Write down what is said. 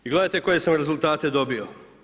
I gledajte koje sam rezultate dobio.